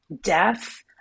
death